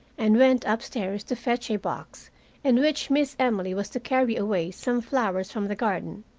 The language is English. and went upstairs to fetch a box in which miss emily was to carry away some flowers from the garden.